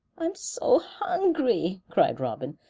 i'm so hungry, cried robin.